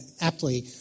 aptly